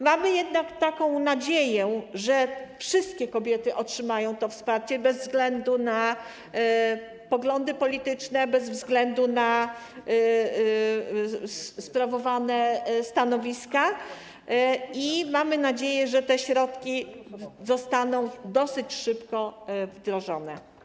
Mamy jednak nadzieję, że wszystkie kobiety otrzymają to wsparcie, bez względu na poglądy polityczne, bez względu na sprawowane stanowiska, i mamy nadzieję, że te środki zostaną dosyć szybko wdrożone.